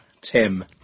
Tim